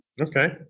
Okay